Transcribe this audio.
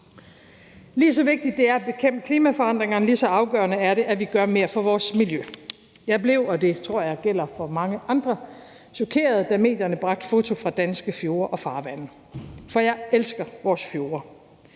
Lige så vigtigt det er at bekæmpe klimaforandringerne, lige så afgørende er det, at vi gør mere for vores miljø. Jeg blev, og det tror jeg gælder for mange andre, chokeret, da medierne bragte foto fra danske fjorde og farvande. For jeg elsker vores fjorde,